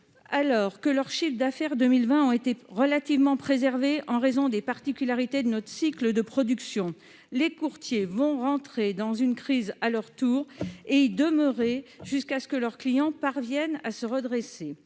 Alors que leurs chiffres d'affaires de 2020 ont été relativement préservés en raison des particularités de notre cycle de production, les courtiers vont entrer dans une crise à leur tour et y demeurer jusqu'à ce que leurs clients parviennent à se redresser.